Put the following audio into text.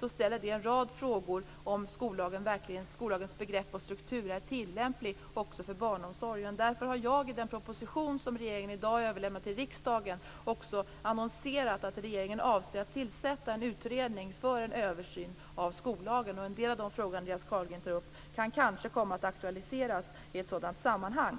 Då uppstår en rad frågor om huruvida skollagens begrepp och strukturer verkligen är tilllämpliga också för barnomsorgen. Därför har jag i den proposition som regeringen i dag har överlämnat till riksdagen också annonserat att regeringen avser att tillsätta en utredning för en översyn av skollagen. En del av de frågor som Andreas Carlgren tar upp kan kanske komma att aktualiseras i ett sådant sammanhang.